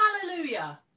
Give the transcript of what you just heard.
hallelujah